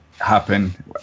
happen